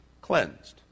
cleansed